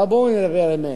אבל בואו ונדבר אמת.